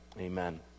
amen